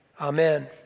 Amen